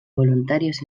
voluntarios